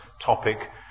topic